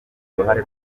uruhare